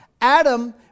Adam